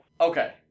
Okay